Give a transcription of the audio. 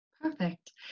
Perfect